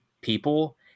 people